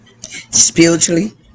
Spiritually